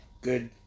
Good